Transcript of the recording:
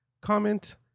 comment